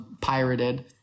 pirated